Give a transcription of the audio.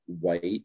white